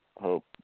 hope